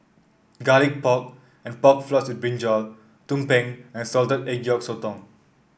Garlic Pork and Pork Floss with brinjal tumpeng and Salted Egg Yolk Sotong